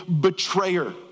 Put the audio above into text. Betrayer